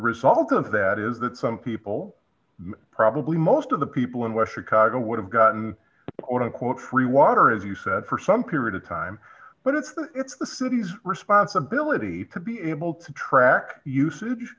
result of that is that some people probably most of the people in western colorado would have gotten on a quote free water as you said for some period of time but it's it's the city's responsibility to be able to track usage